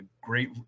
great